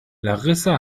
larissa